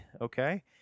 okay